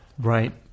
Right